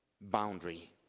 boundary